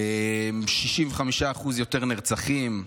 65% יותר נרצחים.